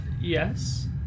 Yes